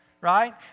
right